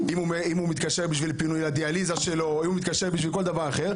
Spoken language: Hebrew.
אם הוא מתקשר בשביל פינוי הדיאליזה שלו או כל דבר אחר.